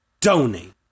Donate